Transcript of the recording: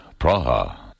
Praha